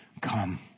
come